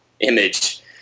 image